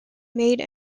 made